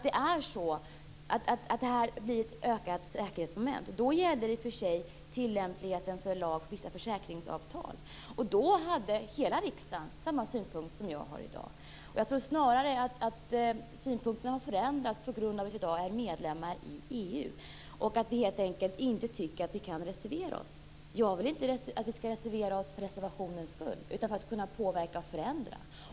Det här blir ett ökat osäkerhetsmoment. År 1993 gällde det i och för sig tillämpligheten för lag för vissa försäkringsavtal. Då hade hela riksdagen samma synpunkt som jag har i dag. Jag tror snarare att synpunkterna har förändrats på grund av att vi i dag är medlemmar i EU och att vi helt enkelt inte tycker att vi kan reservera oss. Jag vill inte att vi skall reservera oss för reservationens skull utan för att kunna påverka och förändra.